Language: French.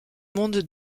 monde